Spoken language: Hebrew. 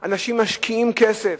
אנשים משקיעים כסף,